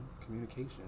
communication